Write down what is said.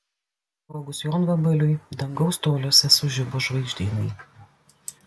sprogus jonvabaliui dangaus toliuose sužibo žvaigždynai